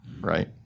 right